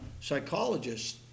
psychologists